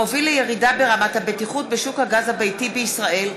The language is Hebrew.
המוביל לירידה ברמת הבטיחות בשוק הגז הביתי בישראל.